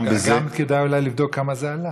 גם כדאי אולי לבדוק כמה זה עלה.